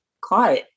caught